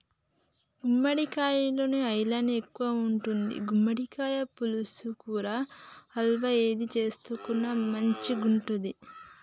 గుమ్మడికాలలో ఐరన్ ఎక్కువుంటది, గుమ్మడికాయ పులుసు, కూర, హల్వా ఏది చేసుకున్న మంచిగుంటది